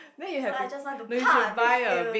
so I just want to pah refill